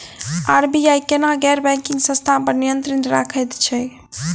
RBI केना गैर banking संस्था पर नियत्रंण राखैत छैक?